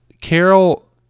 Carol